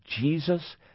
Jesus